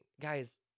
guys